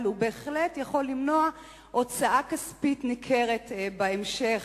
אבל הוא בהחלט יכול למנוע הוצאה כספית ניכרת בהמשך,